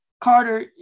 Carter